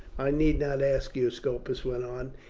i need not ask you, scopus went on.